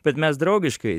bet mes draugiškai